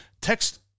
Text